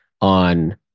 on